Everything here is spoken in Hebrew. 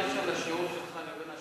אתה יודע מה הקשר בין השיעור שלך לבין השבת?